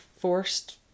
forced